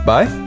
Bye